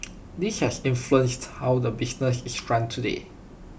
this has influenced how the business is run today